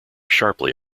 sharply